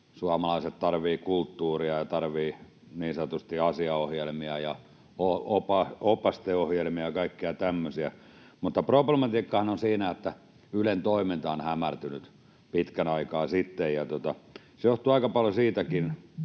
ja tarvitsevat niin sanotusti asiaohjelmia ja opasteohjelmia ja kaikkia tämmöisiä. Mutta problematiikkahan on siinä, että Ylen toiminta on hämärtynyt pitkän aikaa sitten, ja se johtuu aika paljon siitäkin,